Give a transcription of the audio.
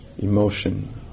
Emotion